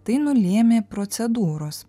tai nulėmė procedūros